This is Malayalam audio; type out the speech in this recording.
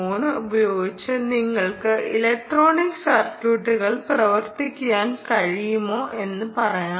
3 ഉപയോഗിച്ച് നിങ്ങൾക്ക് ഇലക്ട്രോണിക്സ് സർക്യൂട്ടുകൾ പ്രവർത്തിപ്പിക്കാൻ കഴിയുമെന്ന് പറയാം